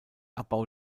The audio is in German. abbau